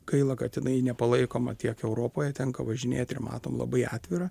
gaila kad jinai nepalaikoma tiek europoje tenka važinėti ir matom labai atvirą